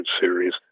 series